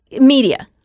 Media